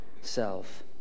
self